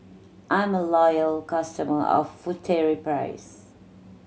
I am a loyal customer of Furtere price